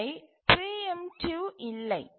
இவை பிரீஎம்ட்டிவ் இல்லை